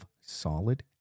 solid